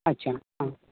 अच्छा आं